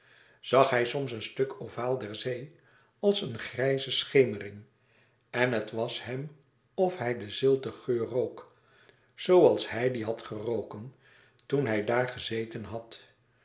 zag hij soms een stuk ovaal der zee als een grijze schemering en het was hem of hij den zilten geur rook zooals hij dien had geroken toen hij daar gezeten had